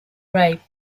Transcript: ripe